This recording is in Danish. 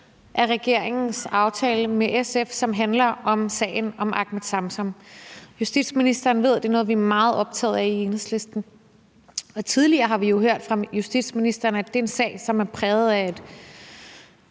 af regeringens aftale med SF, som handler om sagen om Ahmed Samsam. Justitsministeren ved, at det er noget, vi er meget optaget af i Enhedslisten, og tidligere har vi jo hørt fra justitsministeren, at det er en sag, som er præget af et